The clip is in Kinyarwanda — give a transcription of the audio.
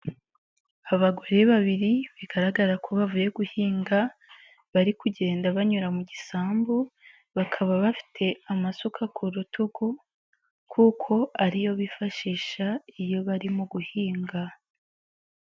Abagore babiri bigaragara ko bavuye guhinga bari kugenda banyura mu gisambu bakaba bafite amasuka ku rutugu kuko ari yo bifashisha iyo barimo guhinga.